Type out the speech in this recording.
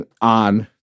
on